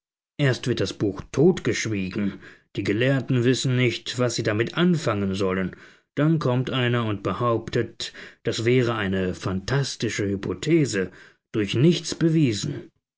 erst wird das buch totgeschwiegen die gelehrten wissen nicht was sie damit anfangen sollen dann kommt einer und behauptet das wäre eine phantastische hypothese durch nichts bewiesen